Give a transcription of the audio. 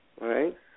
right